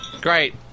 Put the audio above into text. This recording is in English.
Great